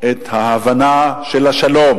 את ההבנה של השלום.